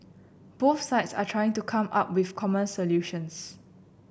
both sides are trying to come up with common solutions